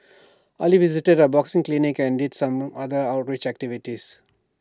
Ali visited A boxing clinic and did some other outreach activities